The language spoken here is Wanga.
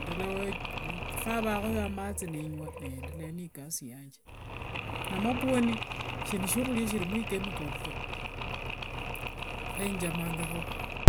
Ndola we khukhavanga sa mathi nenyua neyendelea na ikasi yanje. Amapwoni sinishiakhulia shilimo ichemical ta. Esie njamangakhokho.